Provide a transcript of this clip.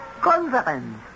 conference